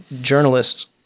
journalists